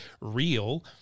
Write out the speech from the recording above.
real